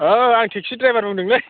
औ आं taxi driver बुंदोंलै